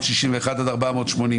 מתייחסת להסתייגויות 254-241,